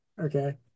Okay